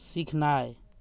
सीखनाइ